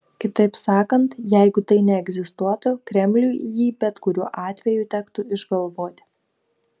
kitaip sakant jeigu tai neegzistuotų kremliui jį bet kurio atveju tektų išgalvoti